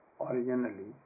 originally